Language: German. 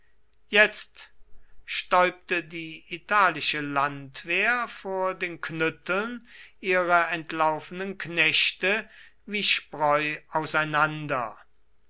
jetzt stäubte die italische landwehr vor den knütteln ihrer entlaufenen knechte wie spreu auseinander